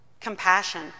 compassion